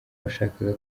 washakaga